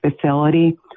facility